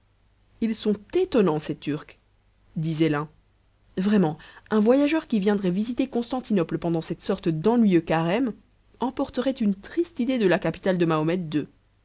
ils sont étonnants ces turcs disait l'un vraiment un voyageur qui viendrait visiter constantinople pendant cette sorte d'ennuyeux carême emporterait une triste idée de la capitale de mahomet